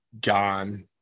John